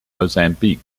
mozambique